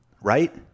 right